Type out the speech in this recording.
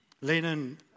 Lennon